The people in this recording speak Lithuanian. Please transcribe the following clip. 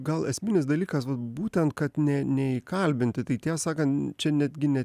gal esminis dalykas būtent kad ne neįkalbinti tai tiesa sakant čia netgi ne